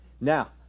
Now